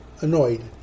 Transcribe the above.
annoyed